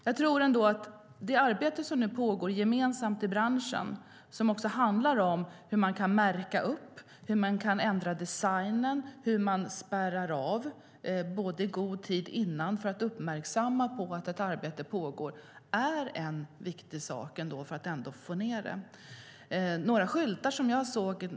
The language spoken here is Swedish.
Jag tror ändå att det arbete som nu pågår gemensamt i branschen och som handlar om hur man kan märka upp, hur man kan ändra designen, hur man kan spärra av i god tid före ett vägarbete för att uppmärksamma på att det pågår är viktigt för att få ned hastigheten.